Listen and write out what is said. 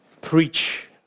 preach